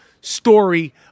story